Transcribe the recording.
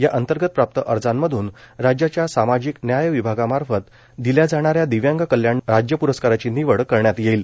या अंतर्गत प्राप्त अर्जामधून राज्याच्या सामाजिक न्याय विभागामार्फत दिल्या जाणाऱ्या दिव्यांग कल्याण राज्य प्रस्काराची निवड करण्यात येईल